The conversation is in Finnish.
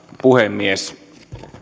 puhemies